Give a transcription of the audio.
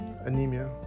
anemia